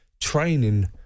training